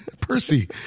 Percy